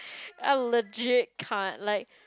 I legit can't like